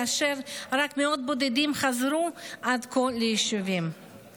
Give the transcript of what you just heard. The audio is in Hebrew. אשר רק מאות בודדות חזרו ליישובים עד כה.